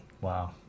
Wow